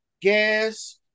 gas